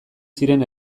ziren